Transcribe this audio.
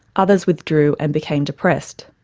others withdrew and became depressed.